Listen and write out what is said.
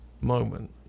moment